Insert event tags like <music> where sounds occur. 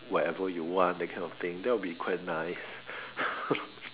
whatever you want that kind of thing that would be quite nice <laughs>